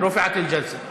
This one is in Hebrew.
טורפא אל-ג'לסה.